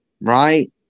right